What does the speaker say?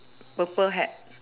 purple hat